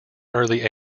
early